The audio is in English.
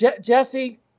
Jesse